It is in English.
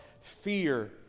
fear